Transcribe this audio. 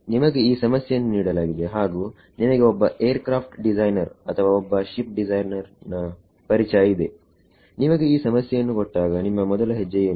ನಿಮಗೆ ಈ ಸಮಸ್ಯೆಯನ್ನು ನೀಡಲಾಗಿದೆ ಹಾಗು ನಿಮಗೆ ಒಬ್ಬ ಏರ್ಕ್ರಾಫ್ಟ್ ಡಿಸೈನರ್ ಅಥವಾ ಒಬ್ಬ ಶಿಪ್ ಡಿಸೈನರ್ ನ ಪರಿಚಯ ಇದೆ ನಿಮಗೆ ಈ ಸಮಸ್ಯೆಯನ್ನು ಕೊಟ್ಟಾಗ ನಿಮ್ಮ ಮೊದಲ ಹೆಜ್ಜೆ ಏನು